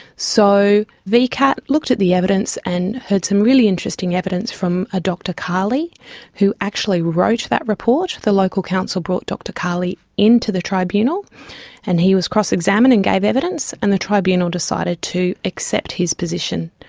so vcat looked at the evidence and heard some really interesting evidence from a dr carley who actually wrote that report. the local council brought dr carley into the tribunal and he was cross-examined and gave evidence and the tribunal decided to accept his position,